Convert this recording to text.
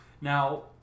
now